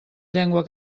llengua